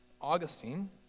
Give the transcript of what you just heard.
Augustine